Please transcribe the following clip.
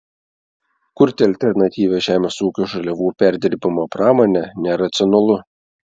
kurti alternatyvią žemės ūkio žaliavų perdirbimo pramonę neracionalu